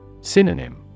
Synonym